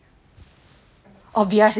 oh V_R system oh yes amazing right